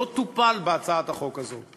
לא טופל בהצעת החוק הזאת.